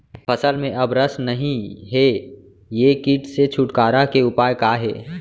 फसल में अब रस नही हे ये किट से छुटकारा के उपाय का हे?